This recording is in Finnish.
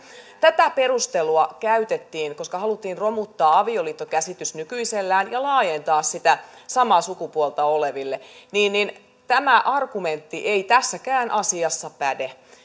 tätä perustelua käytettiin koska haluttiin romuttaa avioliittokäsitys nykyisellään ja laajentaa sitä samaa sukupuolta oleville tämä argumentti ei tässäkään asiassa päde